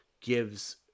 gives